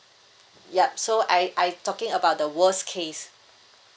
yup so I I talking about the worst case